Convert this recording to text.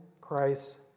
Christ